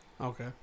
Okay